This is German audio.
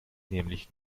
nämlich